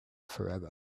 forever